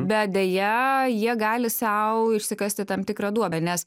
bet deja jie gali sau išsikasti tam tikrą duobę nes